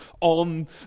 on